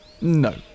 No